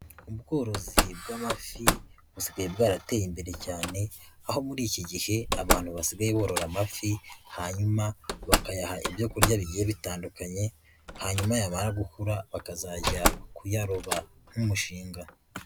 Ubworozi bw'amafi busigaye bwarateye imbere cyane, aho muri iki gihe abantu basigaye borora amafi hanyuma bakayaha ibyo kurya bigiye bitandukanye hanyuma yamara gukura bakazajya kuyaroba nk'umushinga.